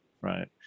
right